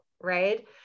right